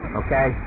okay